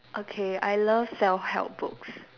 okay I love self help books